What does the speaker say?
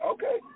Okay